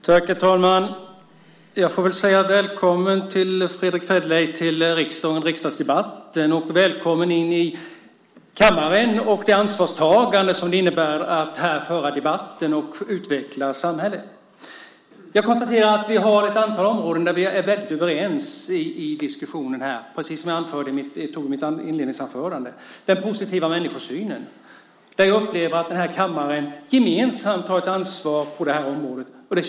Herr talman! Jag får väl säga välkommen till riksdagen och riksdagsdebatten, Fredrick Federley. Välkommen in i kammaren och det ansvarstagande som det innebär att föra debatt här och utveckla samhället. Jag konstaterar att det finns ett antal områden där vi är överens i diskussionen, precis som jag sade i mitt inledningsanförande. Det gäller den positiva människosynen där jag upplever att den här kammaren gemensamt tar ett ansvar. Det känns väldigt starkt.